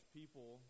people